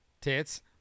tits